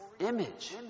image